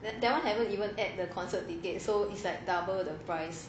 and that one haven't even add the concert ticket so it's like double the price